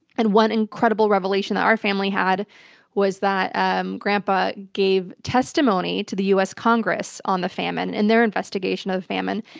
and one incredible revelation that our family had was that um grandpa gave testimony to the u. s. congress on the famine and their investigation of the famine,